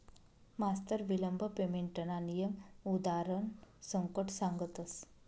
मास्तर विलंब पेमेंटना नियम उदारण सकट सांगतस